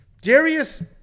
Darius